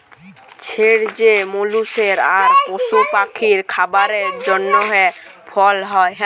ছের যে মালুসের আর পশু পাখির খাবারের জ্যনহে ফল হ্যয়